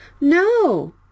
No